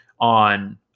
on